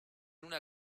una